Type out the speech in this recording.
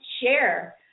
share